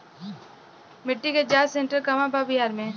मिटी के जाच सेन्टर कहवा बा बिहार में?